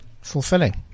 fulfilling